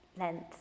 length